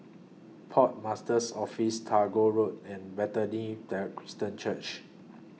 Port Master's Office Tagore Road and Bethany There Christian Church